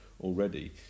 already